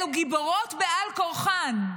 אלו גיבורות בעל כורחן.